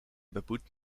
beboet